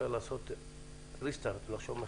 מחדש.